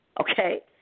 okay